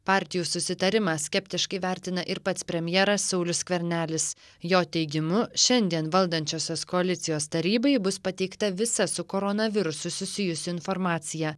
partijų susitarimą skeptiškai vertina ir pats premjeras saulius skvernelis jo teigimu šiandien valdančiosios koalicijos tarybai bus pateikta visa su koronavirusu susijusi informacija